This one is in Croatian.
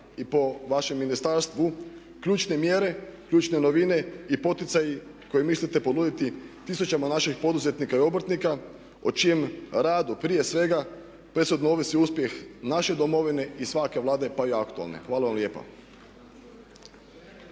i po vašem ministarstvu ključne mjere, ključne novine i poticaji koje mislite ponuditi tisućama naših poduzetnika i obrtnika o čijem radu prije svega prethodno ovisi uspjeh naše Domovine pa i svake Vlade pa i aktualne. Hvala vam lijepa.